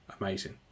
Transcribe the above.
amazing